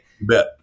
Bet